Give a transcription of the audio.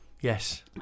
Yes